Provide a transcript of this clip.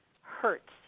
hurts